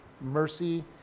mercy